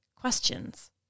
questions